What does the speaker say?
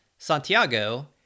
Santiago